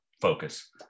focus